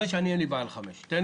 אין לי בעיה לקבוע עד גיל חמש שנים.